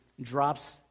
drops